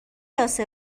خلاصه